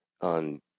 on